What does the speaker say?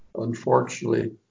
Unfortunately